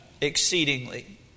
exceedingly